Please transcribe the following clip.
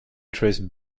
traced